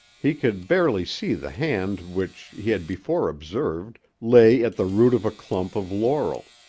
he could barely see the hand which, he had before observed, lay at the root of a clump of laurel.